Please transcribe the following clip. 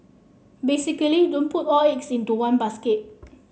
basically don't put all your eggs into one basket